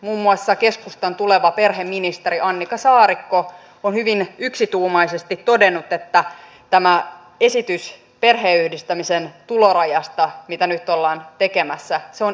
muun muassa keskustan tuleva perheministeri annika saarikko on hyvin yksituumaisesti todennut että tämä esitys perheenyhdistämisen tulorajasta mitä nyt ollaan tekemässä on irvokas